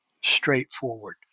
straightforward